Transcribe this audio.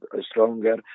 stronger